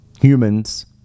humans